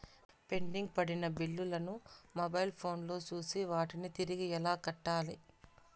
pending పడిన బిల్లులు ను మొబైల్ ఫోను లో చూసి వాటిని తిరిగి ఎలా కట్టాలి